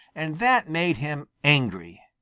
and that made him angry.